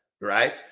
Right